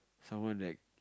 someone that